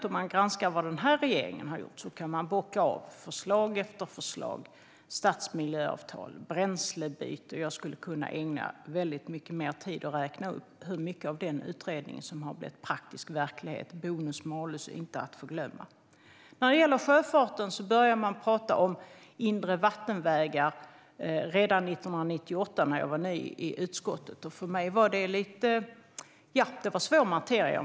Om man granskar vad den här regeringen har gjort kan man däremot bocka av förslag efter förslag: stadsmiljöavtal, bränslebyte - jag skulle kunna ägna väldigt mycket mer tid åt att räkna upp hur mycket av den utredningen som har blivit praktisk verklighet, bonus-malus inte att förglömma. När det gäller sjöfarten började man prata om inre vattenvägar redan 1998, när jag var ny i utskottet. För mig var detta svår materia.